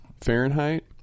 Fahrenheit